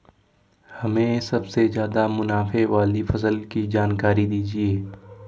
हमें सबसे ज़्यादा मुनाफे वाली फसल की जानकारी दीजिए